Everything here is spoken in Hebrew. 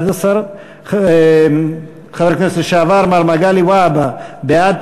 11. חבר הכנסת לשעבר מר מגלי והבה: בעד,